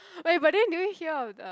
wait but then did you here of the